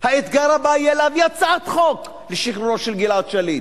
האתגר הבא יהיה להביא הצעת חוק לשחרורו של גלעד שליט.